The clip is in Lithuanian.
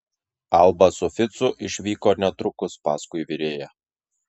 alba su ficu išvyko netrukus paskui virėją